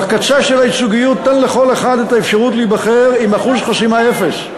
בקצה של הייצוגיות תן לכל אחד את האפשרות להיבחר עם אחוז חסימה אפס.